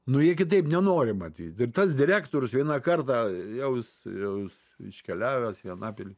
nu jie kitaip nenori matyt ir tas direktorius vieną kartą jau jis jau jis iškeliavęs į anapilį